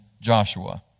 Joshua